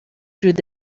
through